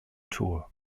tour